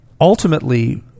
ultimately